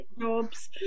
jobs